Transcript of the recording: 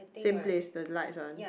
same place the lights one